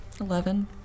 Eleven